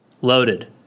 Loaded